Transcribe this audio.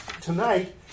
tonight